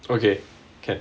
okay can